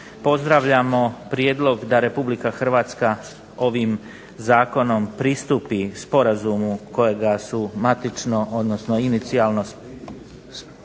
pozdravljamo prijedlog da Republika Hrvatska ovim zakonom pristupi sporazumu kojega su matično, odnosno inicijalno